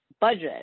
budget